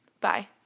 Bye